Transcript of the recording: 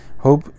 Hope